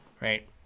Right